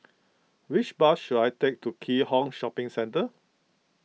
which bus should I take to Keat Hong Shopping Centre